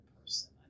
person